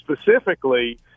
specifically